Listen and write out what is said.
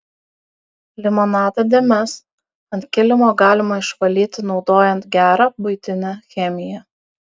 limonado dėmes ant kilimo galima išvalyti naudojant gerą buitinę chemiją